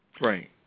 Right